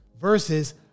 Versus